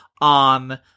on